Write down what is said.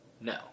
No